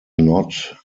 not